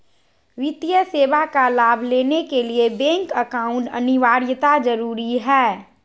वित्तीय सेवा का लाभ लेने के लिए बैंक अकाउंट अनिवार्यता जरूरी है?